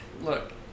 look